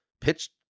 pitched